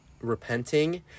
repenting